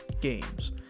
games